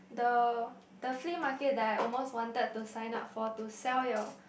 the the flea market that I almost wanted to sign up for to sell your